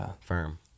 firm